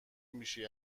میشی